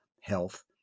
health